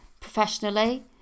professionally